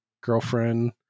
girlfriend